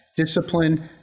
discipline